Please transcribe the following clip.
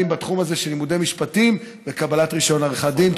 בתחום הזה של לימודי משפטים וקבלת רישיון עריכת דין.